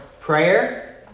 prayer